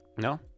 No